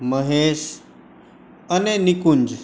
મહેશ અને નિકુંજ